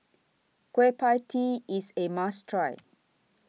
Kueh PIE Tee IS A must Try